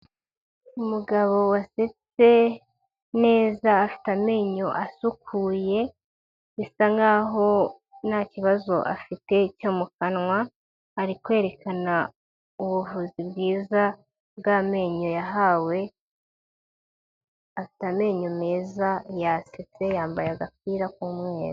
Umugabo wasetse neza, afite amenyo asukuye, bisa nk'aho ntakibazo afite cyo mu kanwa, ari kwerekana ubuvuzi bwiza bw'amenyo yahawe, afite amenyo meza, yasetse, yambaye agapira k'umweru.